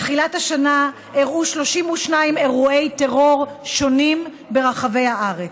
מתחילת השנה אירעו 32 אירועי טרור שונים ברחבי הארץ.